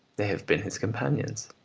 they have been his companions.